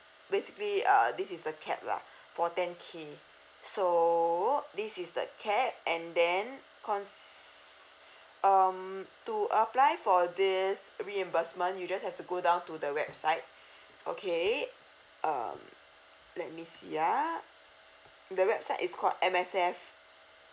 basically uh this is the cap lah for ten k so this is the cap and then cons~ um to apply for this reimbursement you just have to go down to the website okay um let me see ah the website is called M_S_F